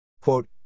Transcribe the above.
Quote